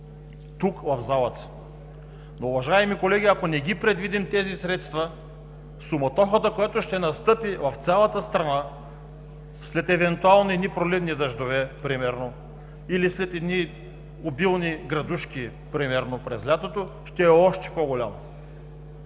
тук, в залата! Уважаеми колеги, ако не предвидим тези средства, суматохата, която ще настъпи в цялата страна след евентуални проливни дъждове или след едни обилни градушки, примерно през лятото, ще е още по-голяма.